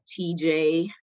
TJ